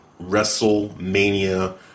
WrestleMania